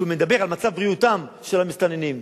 שמדבר על מצב בריאותם של המסתננים.